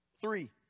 Three